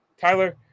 Tyler